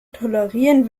tolerieren